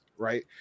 right